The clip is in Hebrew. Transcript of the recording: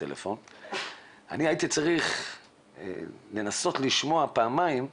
הייתי צריך לנסות לשמוע פעמיים,